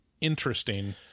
interesting